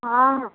हाँ